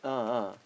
ah ah